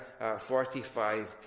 45